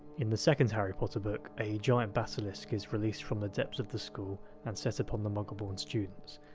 in the second harry potter book, a giant basilisk is released from the depths of the school and set upon the muggle-born students.